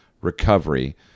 recovery